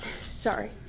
sorry